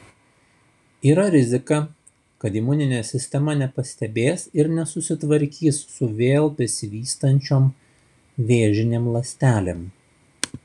yra rizika kad imuninė sistema nepastebės ir nesusitvarkys su vėl besivystančiom vėžinėm ląstelėm